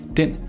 den